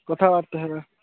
କଥାବାର୍ତ୍ତା ହେବା